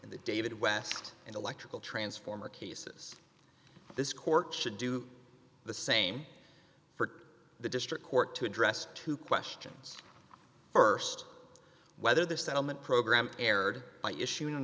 the david west and electrical transformer cases this court should do the same for the district court to address two questions st whether the settlement program erred by issu